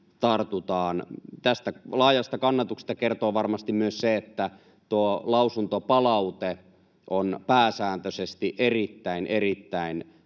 Tästä laajasta kannatuksesta kertoo varmasti myös se, että tuo lausuntopalaute on pääsääntöisesti erittäin erittäin